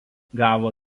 gavo